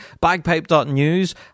Bagpipe.news